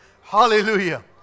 Hallelujah